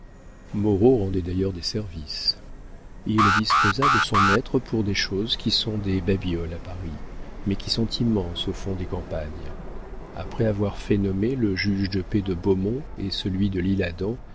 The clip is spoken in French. moreau rendait d'ailleurs des services il disposa de son maître pour des choses qui sont des babioles à paris mais qui sont immenses au fond des campagnes après avoir fait nommer le juge de paix de beaumont et celui de l'isle-adam